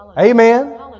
Amen